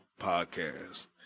podcast